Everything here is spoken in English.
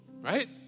right